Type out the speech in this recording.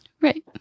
Right